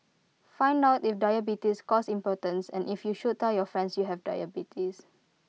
find out if diabetes causes impotence and if you should tell your friends you have diabetes